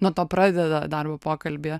nuo to pradeda darbo pokalbį